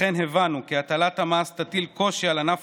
לכן הבנו כי הטלת המס תטיל קושי על ענף